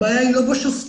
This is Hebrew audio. הבעיה היא לא בשופטים,